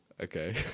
Okay